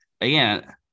again